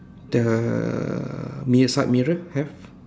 the mirror side mirror have